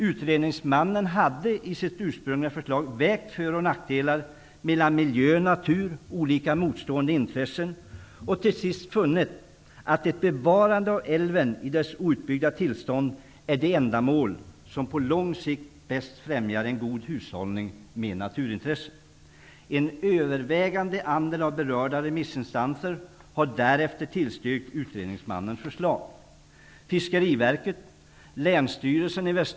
Utredningsmannen hade i sitt ursprungliga förslag vägt för och nackdelar mellan miljö--natur och olika motstående intressen. Han hade till sist funnit att ett bevarande av älven i dess outbyggda tillstånd är det ändamål som på lång sikt bäst främjar en god hushållning med naturintressena. En övervägande andel av berörda remissinstanser har därefter tillstyrkt utredningsmannens förslag.